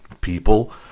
People